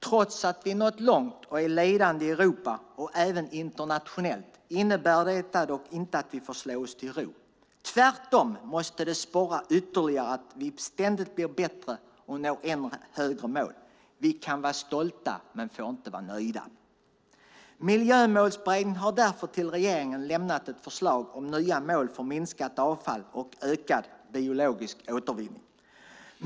Trots att vi nått långt och är ledande i Europa och även internationellt får vi inte slå oss till ro. Tvärtom måste det här sporra oss ytterligare till att ständigt bli bättre och till att nå ännu högre mål. Vi kan vara stolta men får inte vara nöjda. Miljömålsberedningen har därför till regeringen avlämnat ett förslag om nya mål för minskat avfall och ökad biologisk återvinning.